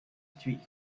streak